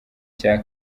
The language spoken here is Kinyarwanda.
cya